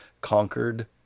conquered